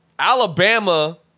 Alabama